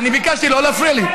אני מבקש לא להפריע לי.